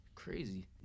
Crazy